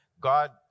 God